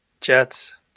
Jets